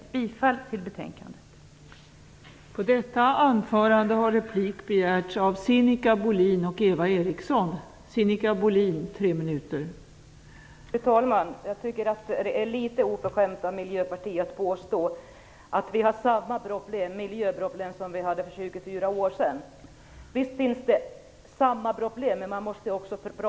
Jag yrkar återigen bifall till utskottets hemställan.